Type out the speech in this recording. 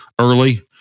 early